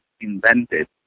invented